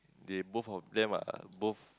they both of them are both